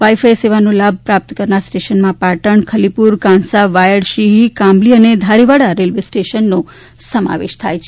wifi સેવાનો લાભ પ્રાપ્ત કરનાર સ્ટેશનમાં પાટણ ખલીપુર કાંસા વાયડ શિહી કામલી અને ધારેવાડા રેલ્વે સ્ટેશનનો સમાવેશ થાય છે